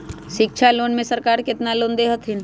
शिक्षा लोन में सरकार केतना लोन दे हथिन?